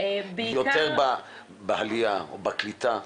יותר בעלייה, או בקליטה?